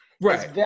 right